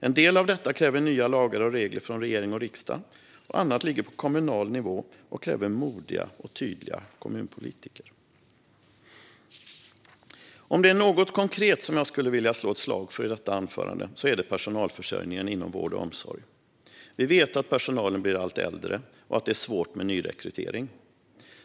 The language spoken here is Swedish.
En del av detta kräver nya lagar och regler från regering och riksdag, annat ligger på kommunal nivå och kräver modiga och tydliga kommunpolitiker. Om det är något konkret jag skulle vilja slå ett slag för i detta anförande är det personalförsörjningen inom vård och omsorg. Vi vet att personalen blir allt äldre och att det är svårt med nyrekrytering.